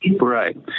Right